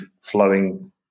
flowing